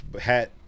hat